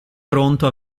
pronto